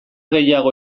gehiago